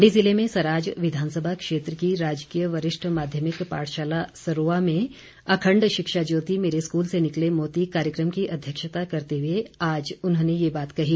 मंडी जिले में सराज विधानसभा क्षेत्र की राजकीय वरिष्ठ माध्यमिक पाठशाला सरोआ में अखंड शिक्षा ज्योति मेरे स्कूल से निकले मोती कार्यक्रम की अध्यक्षता करते हुए आज उन्होंने यह बात कही